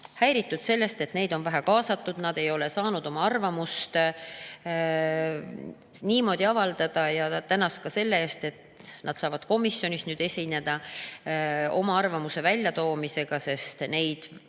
häiritud sellest, et neid on vähe kaasatud. Nad ei ole saanud oma arvamust niimoodi avaldada ja ta tänas selle eest, et nad saavad komisjonis esineda oma arvamuse väljatoomisega, sest varem